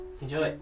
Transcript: Enjoy